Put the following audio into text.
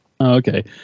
Okay